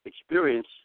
experience